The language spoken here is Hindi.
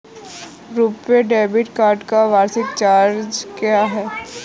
रुपे डेबिट कार्ड का वार्षिक चार्ज क्या है?